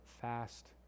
fast